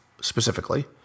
specifically